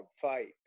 fight